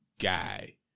guy